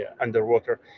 underwater